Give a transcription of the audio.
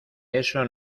eso